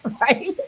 right